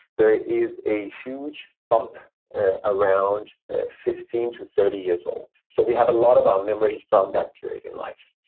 there is a huge bump around fifteen to thirty years old. so we have a lot of our memories from that period in life,